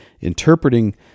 interpreting